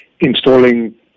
installing